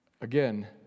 Again